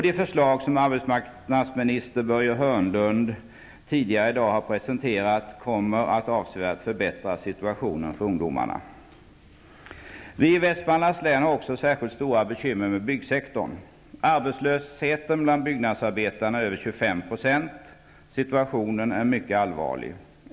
De förslag som arbetsmarknadsminister Börje Hörnlund tidigare i dag har presenterat kommer att avsevärt förbättra situationen för ungdomarna. Västmanlands län har särskilt stora bekymmer med byggsektorn. Arbetslösheten bland byggnadsarbetarna överstiger 25 %. Situationen är mycket allvarlig.